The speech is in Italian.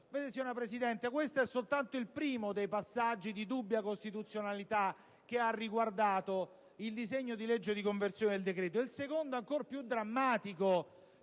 Signora Presidente, questo è solo il primo dei passaggi di dubbia costituzionalità che hanno riguardato il disegno di legge di conversione del decreto-legge. Il secondo è ancora più drammatico